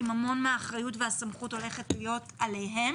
אם הרבה מהאחריות והסמכות הולכת ליפול עליהם.